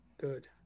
Good